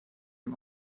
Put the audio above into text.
ihm